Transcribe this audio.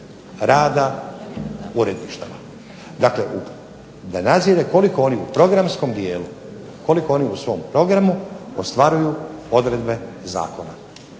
rada uredništava. Dakle, da nadzire koliko oni u programskom dijelu, koliko oni u svom programu ostvaruju odredbe zakona.